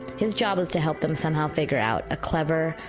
his job was to help them somehow figure out a clever,